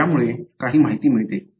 तर यामुळे काही माहिती मिळते